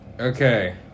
Okay